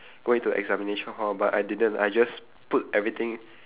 going to examination hall but I didn't I just put everything